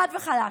חד וחלק.